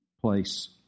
place